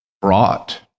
brought